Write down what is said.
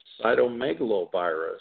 cytomegalovirus